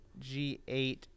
G8